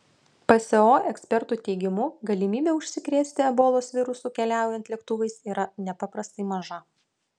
pso ekspertų teigimu galimybė užsikrėsti ebolos virusu keliaujant lėktuvais yra nepaprastai maža